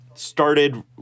started